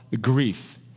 grief